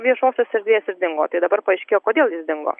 viešosios erdvės ir dingo tai dabar paaiškėjo kodėl jis dingo